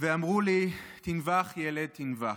ואמרו לי: תנבח, ילד, תנבח.